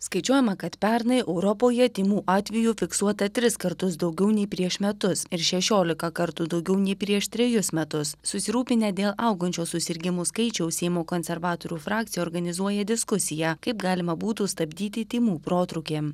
skaičiuojama kad pernai europoje tymų atvejų fiksuota tris kartus daugiau nei prieš metus ir šešiolika kartų daugiau nei prieš trejus metus susirūpinę dėl augančio susirgimų skaičiaus seimo konservatorių frakcija organizuoja diskusiją kaip galima būtų stabdyti tymų protrūkį